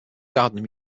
gardner